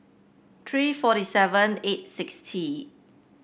three forty seven eight sixty